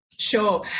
Sure